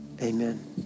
Amen